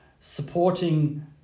supporting